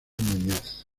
muñoz